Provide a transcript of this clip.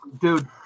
Dude